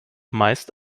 meist